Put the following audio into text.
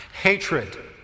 Hatred